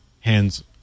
hands